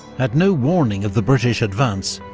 had no warning of the british advance,